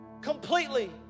completely